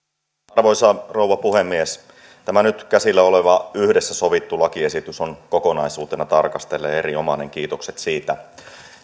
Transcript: arvoisa rouva puhemies tämä nyt käsillä oleva yhdessä sovittu lakiesitys on kokonaisuutena tarkastellen erinomainen kiitokset siitä